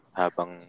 habang